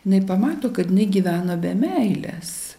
jinai pamato kad jinai gyvena be meilės